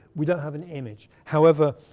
we don't have an image, however,